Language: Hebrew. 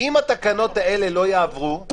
אם התקנות האלה לא יעברו,